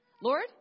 Lord